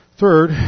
Third